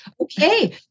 Okay